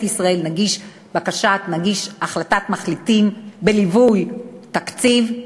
ישראל תגיש החלטת מחליטים בליווי תקציב,